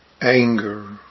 Anger